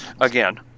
Again